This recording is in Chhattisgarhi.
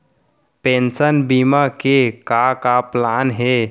पेंशन बीमा के का का प्लान हे?